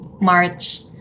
March